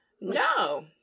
No